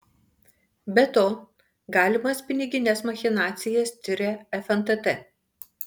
be to galimas pinigines machinacijas tiria fntt